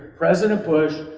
president bush,